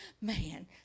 man